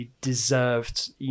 deserved